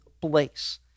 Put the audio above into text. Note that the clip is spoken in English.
place